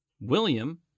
William